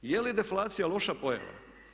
Je li deflacija loša pojava?